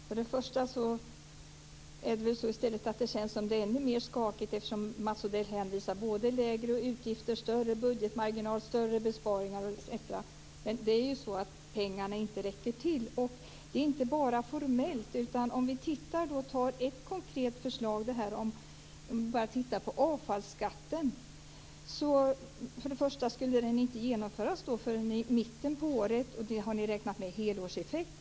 Fru talman! Jag kan säga att det känns ännu mer skakigt, eftersom Mats Odell hänvisar både till lägre utgifter, större budgetmarginal, större besparingar etc. Det är ju så att pengarna inte räcker till. Det är inte bara formellt. Vi kan ta ett konkret förslag och titta på avfallsskatten. För det första skulle den inte genomföras förrän i mitten på året, och ni har ändå räknat med en helårseffekt.